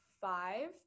five